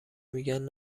میگن